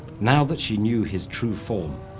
now that she knew his true form,